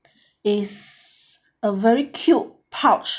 is a very cute pouch